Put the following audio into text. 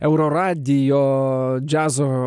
euro radijo džiazo